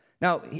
Now